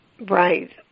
Right